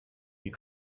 you